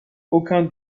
aucun